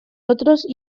otros